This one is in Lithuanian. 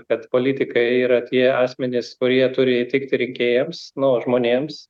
kad politikai yra tie asmenys kurie turi įtikti rinkėjams nu žmonėms